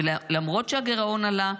ולמרות שהגירעון עלה,